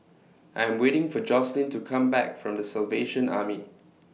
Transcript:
I Am waiting For Jocelynn to Come Back from The Salvation Army